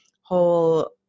whole